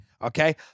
Okay